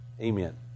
Amen